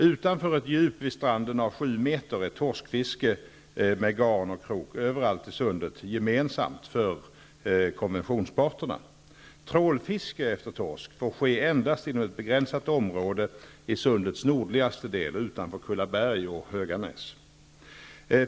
Utanför ett djup vid stranden av sju meter är torskfiske med garn och krok överallt i sundet gemensamt för konventionsparterna. Trålfiske efter torsk får ske endast inom ett begränsat område i sundets nordligaste del utanför Kullaberg och Höganäs.